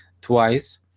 twice